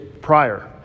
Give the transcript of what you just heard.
prior